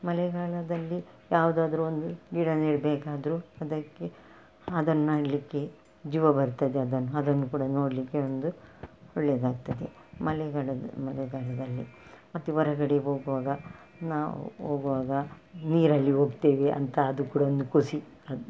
ಮಳೆಗಾಲದಲ್ಲಿ ಯಾವುದಾದರೂ ಒಂದು ಗಿಡ ನೆಡಬೇಕಾದ್ರೂ ಅದಕ್ಕೆ ಅದನ್ನ ನೆಡ್ಲಿಕ್ಕೆ ಜೀವ ಬರ್ತದೆ ಅದನ್ನು ಅದನ್ನು ಕೂಡ ನೋಡಲಿಕ್ಕೆ ಒಂದು ಒಳ್ಳೇದಾಗ್ತದೆ ಮಳೆಗಾಲದ ಮಳೆಗಾಲದಲ್ಲಿ ಮತ್ತೆ ಹೊರಗಡೆ ಹೋಗುವಾಗ ನಾವು ಹೋಗುವಾಗ ನೀರಲ್ಲಿ ಹೋಗ್ತೇವೆ ಅಂತ ಅದು ಕೂಡ ಒಂದು ಖುಷಿ ಅದು